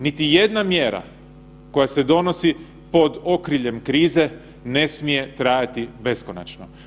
Niti jedna mjera koja se donosi pod okriljem krize ne smije trajati beskonačno.